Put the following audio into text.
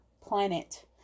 planet